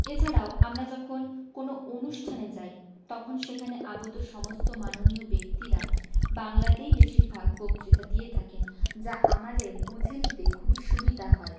এছাড়াও আমরা যখন কোনো অনুষ্ঠানে যাই তখন সেখানে আগত সমস্ত মাননীয় ব্যক্তিরা বাংলাতেই বেশিরভাগ বক্তৃতা দিয়ে থাকেন যা আমাদের বুঝে নিতে খুবই সুবিধা হয়